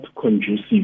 conducive